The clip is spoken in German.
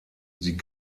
sie